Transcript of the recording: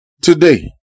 today